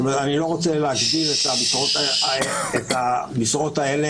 אני לא רוצה להגדיר את המשרות האלה